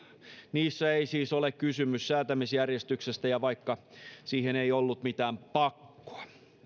niissä ei siis ole kysymys säätämisjärjestyksestä ja vaikka siihen ei ollut mitään pakkoa